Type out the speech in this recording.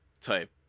type